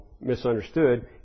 misunderstood